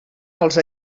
als